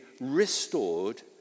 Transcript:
restored